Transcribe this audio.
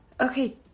okay